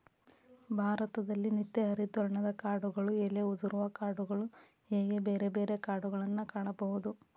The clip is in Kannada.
ಭಾರತದಲ್ಲಿ ನಿತ್ಯ ಹರಿದ್ವರ್ಣದ ಕಾಡುಗಳು ಎಲೆ ಉದುರುವ ಕಾಡುಗಳು ಹೇಗೆ ಬೇರೆ ಬೇರೆ ಕಾಡುಗಳನ್ನಾ ಕಾಣಬಹುದು